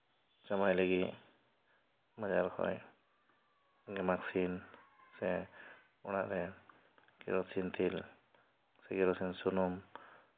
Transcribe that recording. ᱪᱟᱵᱟᱭ ᱞᱟᱹᱜᱤᱫ ᱵᱟᱡᱟᱨ ᱠᱷᱚᱱ ᱜᱮᱢᱟᱠᱥᱤᱱ ᱥᱮ ᱚᱲᱟᱜ ᱨᱮ ᱠᱮᱨᱳᱥᱤᱱ ᱛᱮᱞ ᱥᱮ ᱠᱮᱨᱳᱥᱤᱱ ᱥᱩᱱᱩᱢ